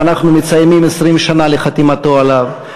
שאנו מציינים 20 שנה לחתימתנו עליו,